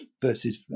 versus